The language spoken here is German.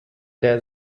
der